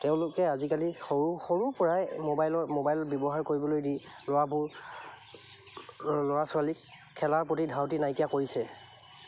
তেওঁলোকে আজিকালি সৰু সৰুৰ পৰাই মোবাইলৰ মোবাইল ব্যৱহাৰ কৰিবলৈ দি ল'ৰাবোৰ ল'ৰা ছোৱালীক খেলাৰ প্ৰতি ধাউতি নাইকিয়া কৰিছে